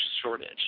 shortage